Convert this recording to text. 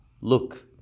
Look